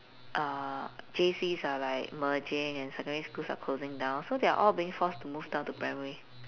uh J_Cs are like merging and secondary schools are closing down so they're all being forced to move down to primary